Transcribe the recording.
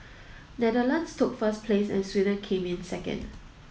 Netherlands took first place and Sweden came in second